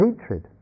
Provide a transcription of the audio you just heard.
hatred